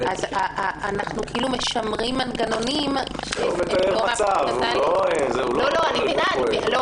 אנחנו כאילו משמרים מנגנונים שלא מאפשרים את התהליך.